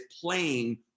playing